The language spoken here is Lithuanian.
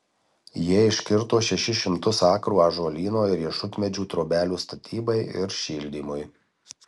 jie iškirto šešis šimtus akrų ąžuolyno ir riešutmedžių trobelių statybai ir šildymui